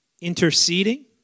interceding